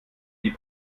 die